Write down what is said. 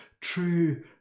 true